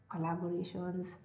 collaborations